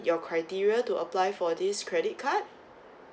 your criteria to apply for this credit card